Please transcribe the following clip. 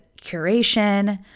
curation